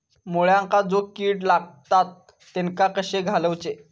मुळ्यांका जो किडे लागतात तेनका कशे घालवचे?